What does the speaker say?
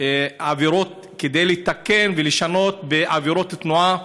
כדי לתקן ולשנות בעבירות תנועה.